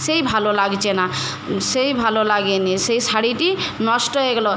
সেই ভালো লাগছে না সেই ভালো লাগেনি সেই শাড়িটি নষ্ট হয়ে গেলো